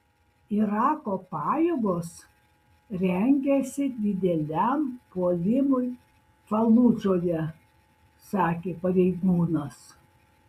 irako pajėgos rengiasi dideliam puolimui faludžoje sakė pareigūnas